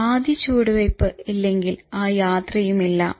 ആ ആദ്യ ചുവടുവയ്പ്പ് ഇല്ലെങ്കിൽ ആ യാത്രയും ഇല്ല